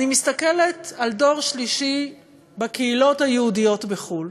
אני מסתכלת על הדור השלישי בקהילות היהודיות בחו"ל.